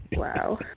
Wow